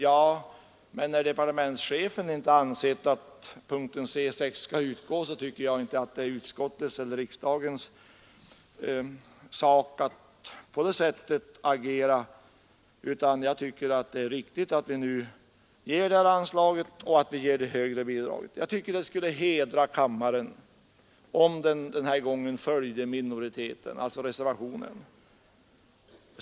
Ja, men när departementschefen inte ansett att punkten C 6 skall utgå så tycker jag inte att det är utskottets eller riksdagens sak att agera på det sättet, utan jag tycker att det är riktigt att vi nu ger detta anslag och att vi ger det högre beloppet. Det skulle enligt min mening hedra kammaren om den följde reservationen den här gången.